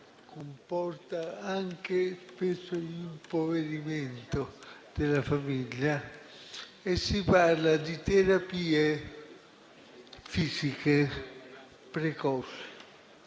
comporta anche spesso l'impoverimento della famiglia - e perché vi si parla di terapie fisiche precoci.